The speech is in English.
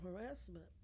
harassment